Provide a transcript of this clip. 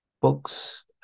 books